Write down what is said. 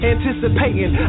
Anticipating